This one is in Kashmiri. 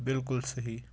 بالکل صحیح